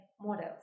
models